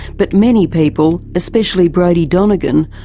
but many people, especially brodie donegan,